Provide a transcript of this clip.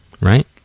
Right